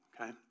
Okay